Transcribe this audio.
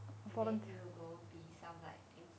and then you go be some like